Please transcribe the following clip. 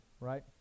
right